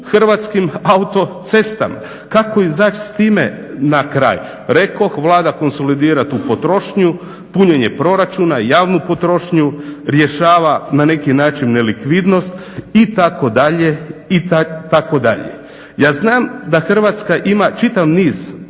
kuna u HAC-u? Kako izaći s time na kraj? Rekoh, Vlada konsolidira tu potrošnju, punjenje proračuna, javnu potrošnju, rješava na neki način nelikvidnost itd.,itd. Ja znam da Hrvatska ima čitav niz